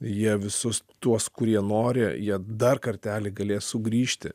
jie visus tuos kurie nori jie dar kartelį galės sugrįžti